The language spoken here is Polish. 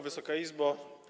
Wysoka Izbo!